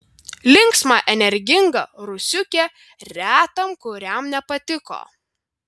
linksma energinga rusiukė retam kuriam nepatiko